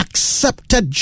Accepted